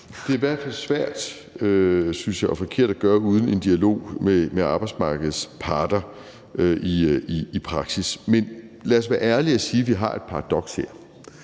Det er i hvert fald svært, synes jeg, og forkert at gøre uden en dialog med arbejdsmarkedets parter i praksis, men lad os være ærlige og sige, at vi har et paradoks her.